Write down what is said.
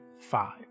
five